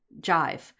jive